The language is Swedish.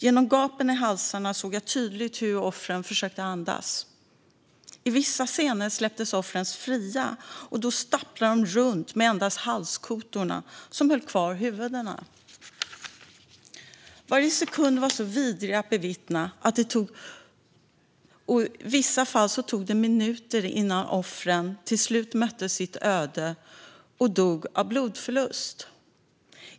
Genom gapen i halsarna såg jag tydligt hur offren försökte andas. I vissa scener släpptes offren fria. Då stapplade de runt, och endast halskotorna höll kvar huvudena. Varje sekund var vidrig att bevittna, och i vissa fall tog det minuter innan offren slutligen mötte sitt öde och dog av blodförlust.